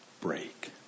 break